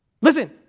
Listen